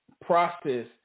process